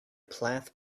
plath